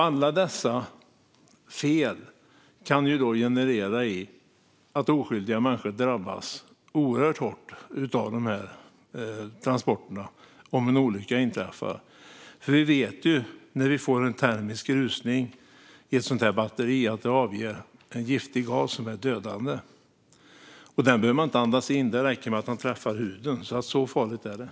Alla dessa fel i samband med de här transporterna kan leda till att det inträffar olyckor som drabbar oskyldiga människor oerhört hårt. När det sker en termisk rusning i ett sådant här batteri avges en giftig gas som är dödande. Man behöver inte ens andas in den; det räcker med att den träffar huden. Så farligt är detta.